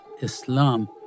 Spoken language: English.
Islam